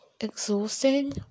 exhausting